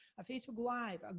a facebook live, and